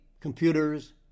computers